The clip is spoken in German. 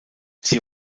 sie